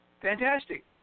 Fantastic